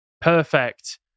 perfect